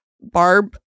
Barb